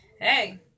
Hey